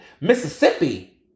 Mississippi